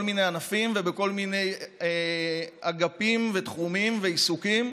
מיני ענפים ובכל מיני אגפים ותחומים ועיסוקים,